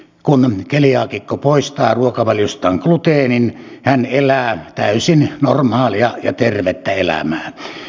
kun keliaakikko poistaa ruokavaliostaan gluteenin hän elää täysin normaalia ja tervettä elämää